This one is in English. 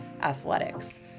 athletics